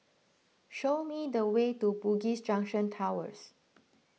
show me the way to Bugis Junction Towers